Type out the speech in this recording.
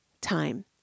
time